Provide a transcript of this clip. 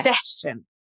session